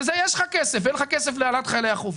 לזה יש לך כסף, ואין לך כסף להעלאת חיילי החובה.